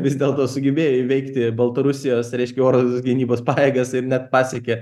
vis dėlto sugebėjo įveikti baltarusijos reiškia oro gynybos pajėgas ir net pasiekė